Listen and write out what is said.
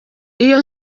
iyo